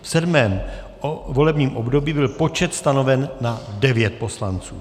V 7. volebním období byl počet stanoven na 9 poslanců.